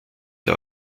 der